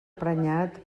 prenyat